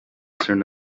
soon